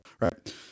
Right